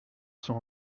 sont